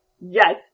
yes